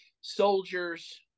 soldiers